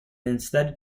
instead